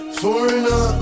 foreigner